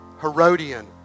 Herodian